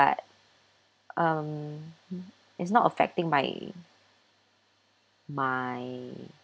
but um it's not affecting my my